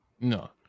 No